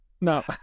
no